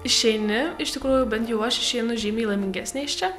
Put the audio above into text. išeini iš tikrųjų bent jau aš išeinu žymiai laimingesnė iš čia